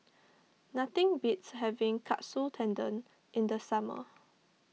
nothing beats having Katsu Tendon in the summer